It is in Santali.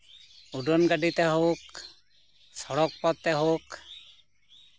ᱩᱰᱟᱹᱱ ᱜᱟᱹᱰᱤ ᱛᱮ ᱦᱳᱠ ᱥᱚᱲᱚᱠ ᱯᱚᱛᱷ ᱛᱮ ᱦᱳᱠ